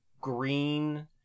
green